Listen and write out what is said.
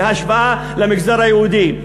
בהשוואה למגזר היהודי.